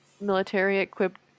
military-equipped